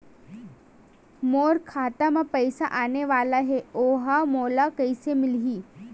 मोर खाता म पईसा आने वाला हे ओहा मोला कइसे मिलही?